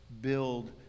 Build